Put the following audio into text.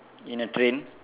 in a train